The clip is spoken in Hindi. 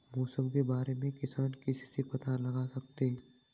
मौसम के बारे में किसान किससे पता लगा सकते हैं?